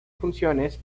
funciones